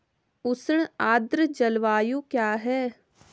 उष्ण आर्द्र जलवायु क्या है?